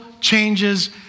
changes